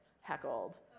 heckled